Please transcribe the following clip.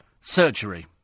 surgery